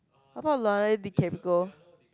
I thought Leonardo-DiCaprio